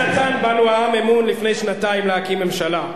קיבלנו מהעם אמון לפני שנתיים להקים ממשלה.